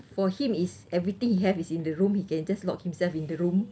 for him is everything he have is in the room he can just lock himself in the room